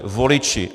Voliči.